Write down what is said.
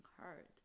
hurt